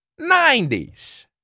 90s